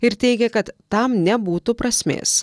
ir teigia kad tam nebūtų prasmės